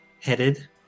headed